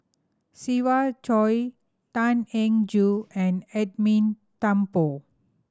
Siva Choy Tan Eng Joo and Edwin Thumboo